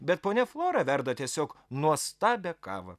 bet ponia flora verda tiesiog nuostabią kavą